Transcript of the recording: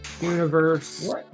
Universe